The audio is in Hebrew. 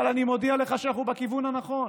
אבל אני מודיע לך שאנחנו בכיוון הנכון,